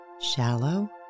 Shallow